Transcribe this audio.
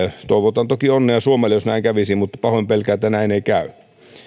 toivotan toki onnea suomelle jos näin kävisi mutta pahoin pelkään että näin ei käy